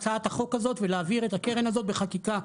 הצעת החוק הזאת ולהעביר את הקרן הזו בחקיקה,